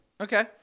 Okay